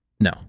No